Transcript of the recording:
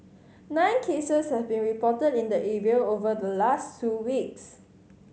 nine cases have been reported in the area over the last two weeks